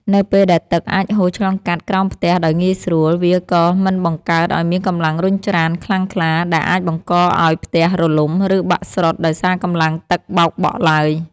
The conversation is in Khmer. នៅពេលដែលទឹកអាចហូរឆ្លងកាត់ក្រោមផ្ទះដោយងាយស្រួល វាក៏មិនបង្កើតឱ្យមានកម្លាំងរុញច្រានខ្លាំងក្លា ដែលអាចបង្កឱ្យផ្ទះរលំ ឬបាក់ស្រុតដោយសារកម្លាំងទឹកបោកបក់ឡើយ។